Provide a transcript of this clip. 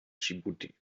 dschibuti